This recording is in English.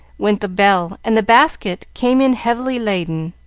went the bell, and the basket came in heavily laden.